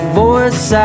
voice